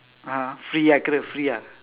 (uh huh) free ah correct free ah